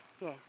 Yes